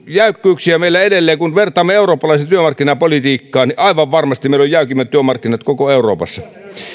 jäykkyyksiä meillä on edelleen kun vertaamme eurooppalaiseen työmarkkinapolitiikkaan niin aivan varmasti meillä on jäykimmät työmarkkinat koko euroopassa